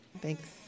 Thanks